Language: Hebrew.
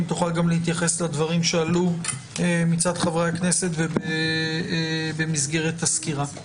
תוכל להתייחס לדברים שעלו מצד חברי הכנסת ובמסגרת הסקירה.